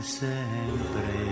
sempre